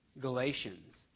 Galatians